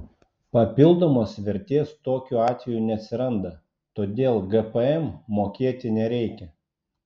papildomos vertės tokiu atveju neatsiranda todėl gpm mokėti nereikia